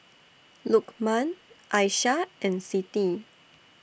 Lokman Aishah and Siti